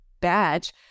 badge